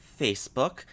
Facebook